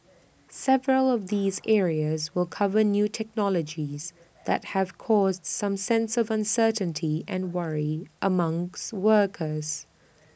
several of these areas will cover new technologies that have caused some sense of uncertainty and worry among workers